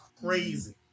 crazy